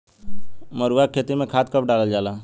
मरुआ के खेती में खाद कब डालल जाला?